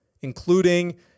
including